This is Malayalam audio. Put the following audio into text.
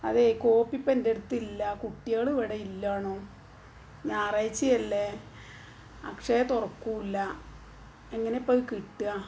അതേ കോപ്പി ഇപ്പെൻറ്റടുത്തില്ല കുട്ട്യോള് ഇവിടെ ഇല്ലാണു ഞായറാഴ്ച്ചയല്ലേ അക്ഷയ തൊറക്കൂല്ല എങ്ങനെപ്പ അത് കിട്ടുക